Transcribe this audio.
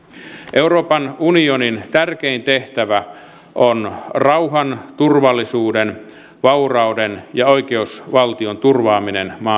euroopan unionin tärkein tehtävä on rauhan turvallisuuden vaurauden ja oikeusvaltion turvaaminen